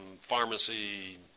pharmacy